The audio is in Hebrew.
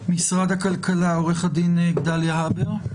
משרד הכלכלה עורך הדין גדליה הבר.